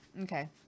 Okay